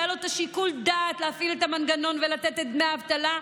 שהיה לו את שיקול הדעת להפעיל את המנגנון ולתת את דמי האבטלה,